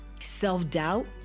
self-doubt